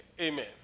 amen